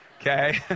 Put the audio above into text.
Okay